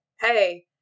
hey